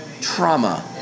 trauma